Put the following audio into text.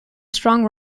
strong